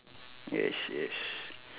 yes yes